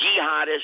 jihadist